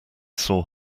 saw